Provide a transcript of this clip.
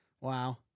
Wow